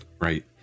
right